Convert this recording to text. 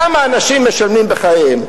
כמה אנשים משלמים בחייהם.